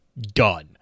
done